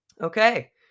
Okay